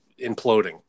imploding